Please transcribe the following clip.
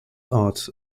art